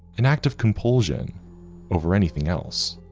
an act of compulsion over anything else.